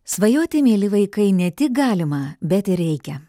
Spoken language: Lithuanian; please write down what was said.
svajoti mieli vaikai ne tik galima bet ir reikia